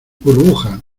burbuja